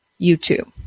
YouTube